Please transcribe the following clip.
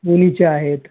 सोनीचे आहेत